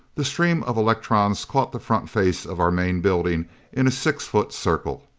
the stream of electrons caught the front face of our main building in a six foot circle.